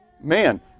man